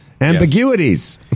ambiguities